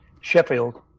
Sheffield